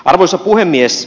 arvoisa puhemies